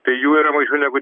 tai jų yra mažiau negu